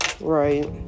Right